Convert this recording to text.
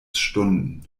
stunden